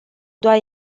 doar